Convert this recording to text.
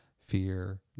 fear